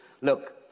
Look